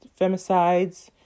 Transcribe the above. femicides